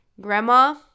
Grandma